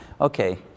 Okay